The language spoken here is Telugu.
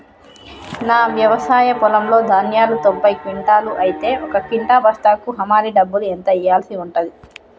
నా వ్యవసాయ పొలంలో ధాన్యాలు తొంభై క్వింటాలు అయితే ఒక క్వింటా బస్తాకు హమాలీ డబ్బులు ఎంత ఇయ్యాల్సి ఉంటది?